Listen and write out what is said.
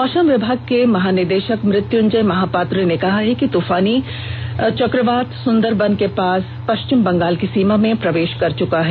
मौसम विभाग के महानिदेशक मृत्युंजय महापात्र ने कहा है कि चक्रवाती तूफान सुंदरबन के पास पश्चिम बंगाल की सीमा में प्रवेश कर चुका है